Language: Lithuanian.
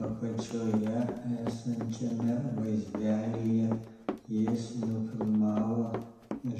apačioje esančiame vaizdelyje jis nufilmavo